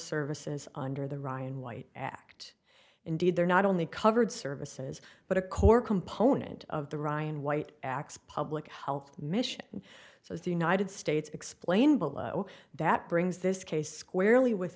services under the ryan white act indeed they're not only covered services but a core component of the ryan white acts public health mission so the united states explain below that brings this case squarely